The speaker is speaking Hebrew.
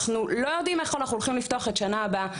אנחנו לא יודעים איך אנחנו הולכים לפתוח את שנה הבאה,